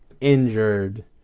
injured